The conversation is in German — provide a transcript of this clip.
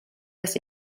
des